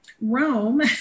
Rome